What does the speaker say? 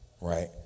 right